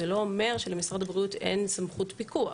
זה לא אומר שלמשרד הבריאות אין סמכות פיקוח.